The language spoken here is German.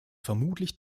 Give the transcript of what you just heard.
vermutlich